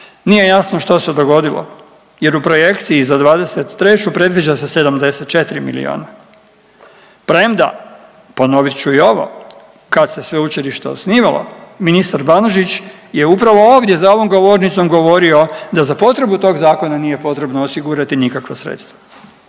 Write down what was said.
Nije jasno što se dogodilo jer u projekciji za '23. predviđa se 74 milijuna, premda ponovit ću i ovo, kad se sveučilište osnivalo ministar Banožić je upravo ovdje za ovom govornicom govorio da za potrebu tog zakona nije potrebno osigurati nikakva sredstva.